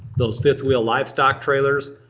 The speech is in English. those fifth wheel livestock trailers.